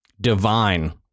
divine